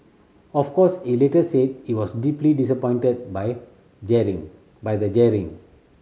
of course he later said he was deeply disappointed by jeering by the jeering